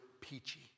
peachy